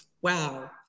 Wow